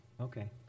Okay